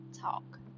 talk